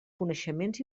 coneixements